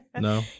No